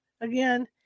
again